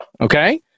okay